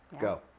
Go